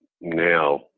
now